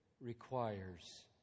requires